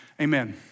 amen